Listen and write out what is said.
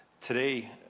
today